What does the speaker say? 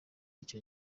icyo